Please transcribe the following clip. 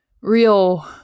real